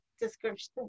description